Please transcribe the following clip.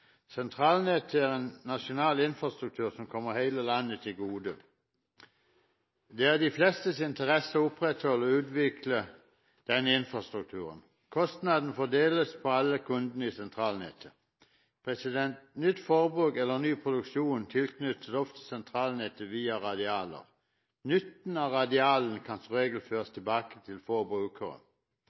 Sentralnettet er en nasjonal infrastruktur som kommer hele landet til gode. Det er i de flestes interesse å opprettholde og utvikle denne infrastrukturen. Kostnadene fordeles på alle kundene i sentralnettet. Nytt forbruk eller ny produksjon tilknyttes ofte sentralnettet via radialer. Nytten av radialene kan som regel føres tilbake til få brukere.